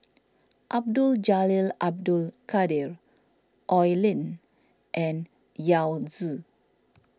Abdul Jalil Abdul Kadir Oi Lin and Yao Zi